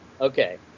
Okay